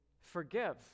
forgive